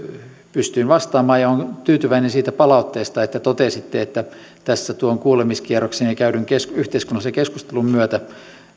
pystyin vastaamaan olen tyytyväinen siitä palautteesta että totesitte että tässä tuon kuulemiskierroksen ja käydyn yhteiskunnallisen keskustelun myötä